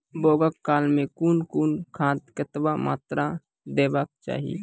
बौगक काल मे कून कून खाद केतबा मात्राम देबाक चाही?